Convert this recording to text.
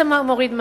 אתה מוריד מע"מ,